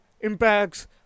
impacts